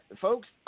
folks